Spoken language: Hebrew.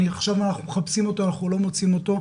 עכשיו אנחנו מחפשים אותו ואנחנו לא מוצאים אותו.